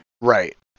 Right